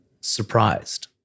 surprised